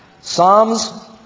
Psalms